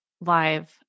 live